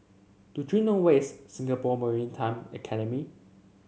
do you know where is Singapore Maritime Academy